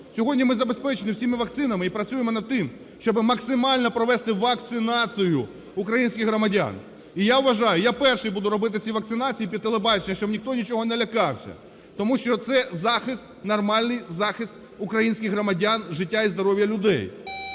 Сьогодні ми забезпечені всіма вакцинами і працюємо над тим, щоб максимально провести вакцинацію українських громадян. І я вважаю, я перший буду робити ці вакцинації під телебачення, щоб ніхто нічого не лякався. Тому що це захист, нормальний захист українських громадян, життя і здоров'я людей.